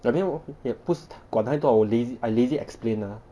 I mean 我也不是管太多我 I lazy explain ah